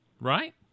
right